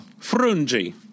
Frungi